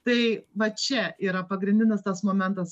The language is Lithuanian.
tai vat čia yra pagrindinis tas momentas